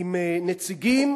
עם נציגים